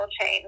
chain